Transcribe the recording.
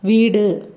வீடு